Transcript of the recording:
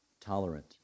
tolerant